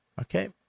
Okay